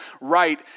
right